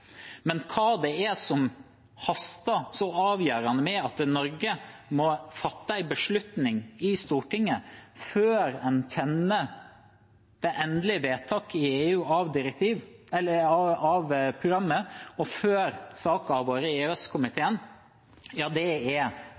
Men hva er det som haster så avgjørende at Norge må fatte en beslutning i Stortinget før en kjenner det endelige vedtaket i EU om programmet, og før saken har vært i EØS-komiteen? Det er